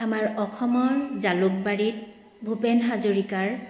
আমাৰ অসমৰ জালুকবাৰীত ভূপেন হাজৰিকাৰ